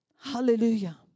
Hallelujah